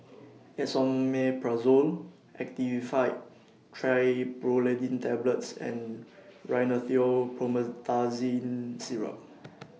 Esomeprazole Actifed Triprolidine Tablets and Rhinathiol Promethazine Syrup